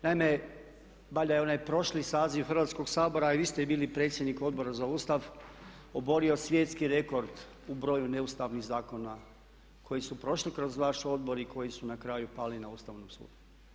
Naime, valjda je onaj prošli saziv Hrvatskog sabora, jer vi ste bili predsjednik Odbora za Ustav obori svjetski rekord u broju neustavnih zakona koji su prošli kroz vaš odbor i koji su na kraju pali na Ustavnom sudu.